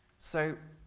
so